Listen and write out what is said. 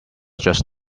just